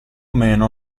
meno